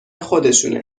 خودشونه